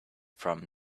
from